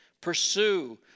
Pursue